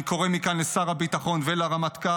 אני קורא מכאן לשר הביטחון ולרמטכ"ל,